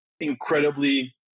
incredibly